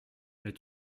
mais